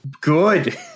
Good